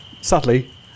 Sadly